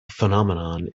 phenomenon